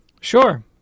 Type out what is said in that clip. Sure